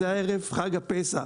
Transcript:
זה היה ערב חג הפסח,